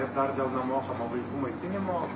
ir dar dėl nemokamo vaikų maitinimo